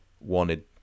wanted